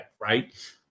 right